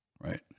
right